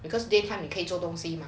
because daytime 你可以做东西